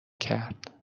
کرد